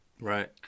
Right